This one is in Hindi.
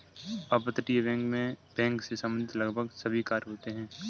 अपतटीय बैंक मैं बैंक से संबंधित लगभग सभी कार्य होते हैं